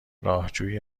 راهجویی